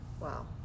Wow